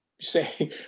say